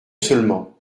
seulement